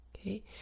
Okay